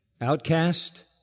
outcast